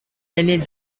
many